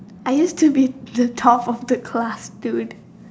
I used to be the top of the class dude